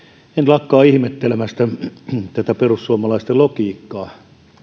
lakkaa ihmettelemästä tätä perussuomalaisten logiikkaa